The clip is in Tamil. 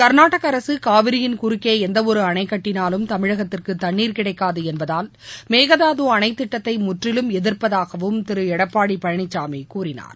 கா்நாடக அரசு காவிரியின் குறுக்கே எந்த ஒரு அணை கட்டினாலும் தமிழகத்திற்கு தண்ணீர் கிடைக்காது என்பதால் மேகதாது அணைத் திட்டத்தை முற்றிலும் எதிர்ப்பதாகவும் திரு எடப்பாடி பழனிசாமி கூறினார்